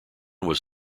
was